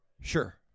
Sure